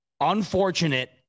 unfortunate